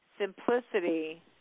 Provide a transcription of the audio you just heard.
simplicity